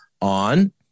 on